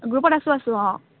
গ্ৰুপত আছো আছো অঁ অঁ